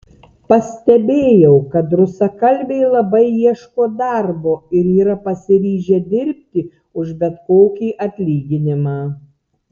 pastebėjau kad rusakalbiai labai ieško darbo ir yra pasiryžę dirbti už bet kokį atlyginimą